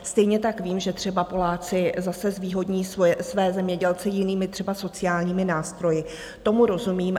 Stejně tak vím, že třeba Poláci zase zvýhodní své zemědělce jinými, třeba sociálními nástroji, tomu rozumím.